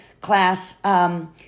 class